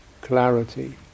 clarity